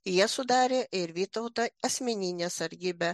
jie sudarė ir vytauto asmeninę sargybą